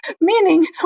meaning